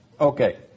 Okay